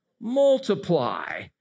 Multiply